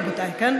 רבותיי,